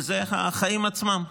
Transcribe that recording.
וזה החיים עצמם.